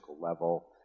level